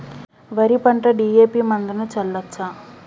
వరి పంట డి.ఎ.పి మందును చల్లచ్చా?